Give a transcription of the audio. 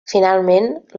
finalment